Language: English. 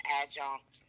adjunct